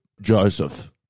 Joseph